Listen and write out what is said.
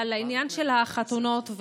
אבל העניין של החתונות,